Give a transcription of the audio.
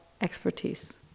expertise